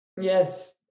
Yes